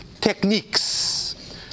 techniques